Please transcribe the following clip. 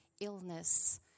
illness